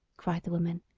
cried the woman.